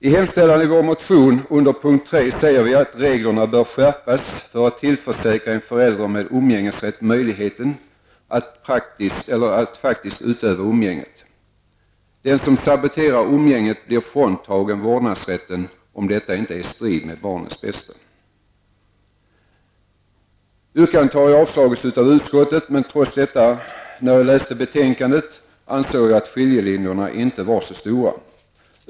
I hemställan i vår motion under punkt 3 föreslår vi att reglerna skall skärpas för att tillförsäkra en förälder med umgängesrätt möjligheten att faktiskt utöva umgänget. Den som saboterar umgänget skall bli fråntagen vårdnadsrätten, om detta inte står i strid med barnets bästa. Detta yrkande har avstyrkts av utskottet. Men trots detta anser jag att skiljelinjerna inte är så stora.